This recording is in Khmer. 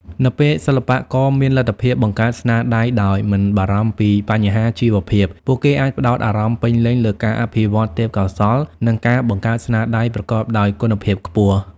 នៅពេលសិល្បករមានលទ្ធភាពបង្កើតស្នាដៃដោយមិនបារម្ភពីបញ្ហាជីវភាព ពួកគេអាចផ្តោតអារម្មណ៍ពេញលេញលើការអភិវឌ្ឍទេពកោសល្យ និងការបង្កើតស្នាដៃប្រកបដោយគុណភាពខ្ពស់។